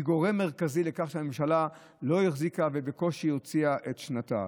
הם גורם מרכזי לכך שהממשלה לא החזיקה ובקושי הוציאה את שנתה.